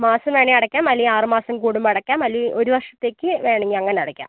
മാസം വേണേൽ അടയ്ക്കാം അല്ലെങ്കിൽ ആറ് മാസം കൂടുമ്പോൾ അടയ്ക്കാം അല്ലെങ്കിൽ ഒരു വർഷത്തേക്ക് വേണമെങ്കിൽ അങ്ങനടയ്ക്കാം